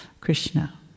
Krishna